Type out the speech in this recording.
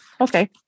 okay